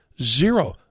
Zero